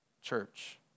church